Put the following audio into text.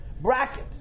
Bracket